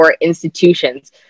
institutions